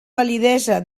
validesa